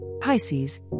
Pisces